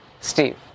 Steve